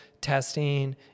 testing